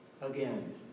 again